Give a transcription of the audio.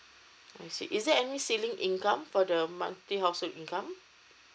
I see is there any ceiling income for the monthly household income